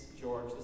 George